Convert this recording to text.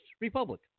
republic